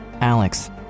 Alex